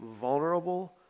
vulnerable